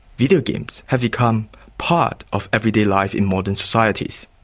videogames have become part of everyday life in modern societies.